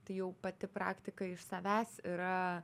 tai jau pati praktika iš savęs yra